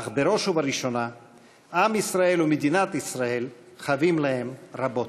אך בראש ובראשונה עם ישראל ומדינת ישראל חבים להם רבות.